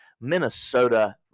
Minnesota